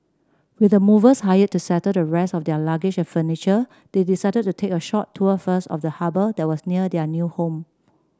with the movers hired to settle the rest of their luggage and furniture they decided to take a short tour first of the harbour that was near their new home